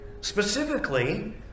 Specifically